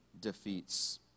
defeats